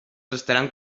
estaran